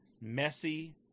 messy